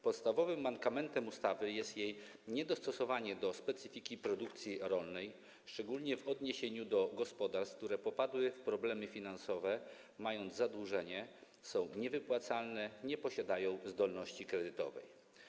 Podstawowym mankamentem ustawy jest jej niedostosowanie do specyfiki produkcji rolnej, szczególnie w odniesieniu do gospodarstw, które popadły w problemy finansowe, mają zadłużenie, są niewypłacalne, nie posiadają zdolności kredytowej.